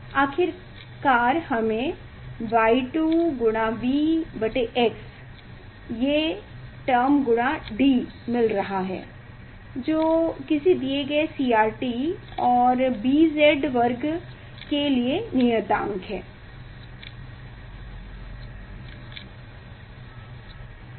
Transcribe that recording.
आखिरकार हमें Y2 V x ये टर्म गुणा D मिल रहा है जो किसी दिये गए CRT और B Z वर्ग के लिए नियतांक है